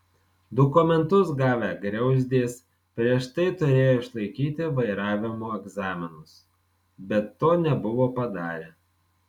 dokumentus gavę griauzdės prieš tai turėjo išlaikyti vairavimo egzaminus bet to nebuvo padarę